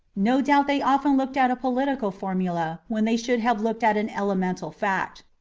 no doubt they often looked at a political formula when they should have looked at an elemental fact.